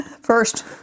First